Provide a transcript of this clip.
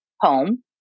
home